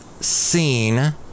Scene